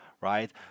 right